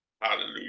Hallelujah